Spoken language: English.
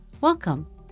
Welcome